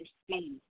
speed